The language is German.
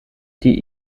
die